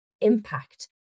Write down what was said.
impact